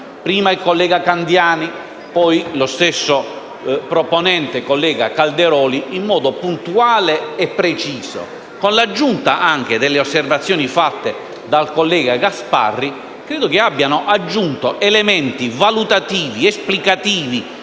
Prima il collega Candiani, poi lo stesso proponente, senatore Calderoli, in modo puntuale e preciso, con l'aggiunta delle osservazioni fatte dal collega Gasparri, credo però abbiano aggiunto elementi valutativi ed esplicativi